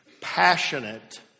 passionate